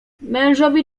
mężowi